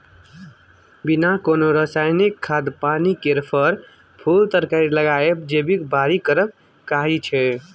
बिना कोनो रासायनिक खाद पानि केर फर, फुल तरकारी लगाएब जैबिक बारी करब कहाइ छै